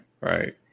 right